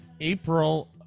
April